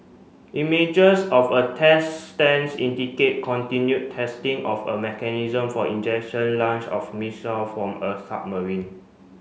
images of a test stands indicate continued testing of a mechanism for ejection launch of missile from a submarine